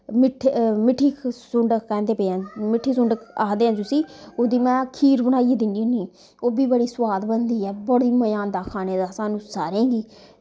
मिट्ठी सुन्ड कैंहदे पे न मिट्ठी सुन्ड आखदे न जिस्सी उदी में खीर बनाइयै दिन्नी होन्नी ओह् बी बड़ी सोआद बनदी ऐ बड़ा मजां आंदा खाने दा स्हानू सारें गी